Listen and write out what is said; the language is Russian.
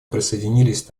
присоединились